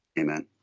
Amen